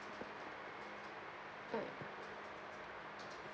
mm